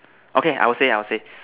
okay I will say I will say